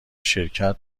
شرکت